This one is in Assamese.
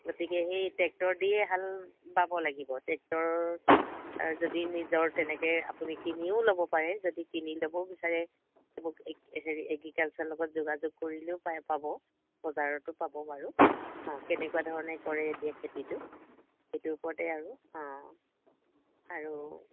গতিকে সেই টেক্টৰ দিয়েই হাল বাব লাগিব টেক্টৰ যদি নিজৰ তেনেকৈ আপুনি কিনিও ল'ব পাৰে যদি কিনি ল'ব বিচাৰে অপ এগ হেৰি এগ্ৰিকালচাৰ লগত যোগাযোগ কৰিলেও পায় পাব বজাৰতো পাব বাৰু অঁ কেনেকুৱা ধৰণে কৰে এতিয়া খেতিটো সেইটোৰ ওপৰতে আৰু অঁ আৰু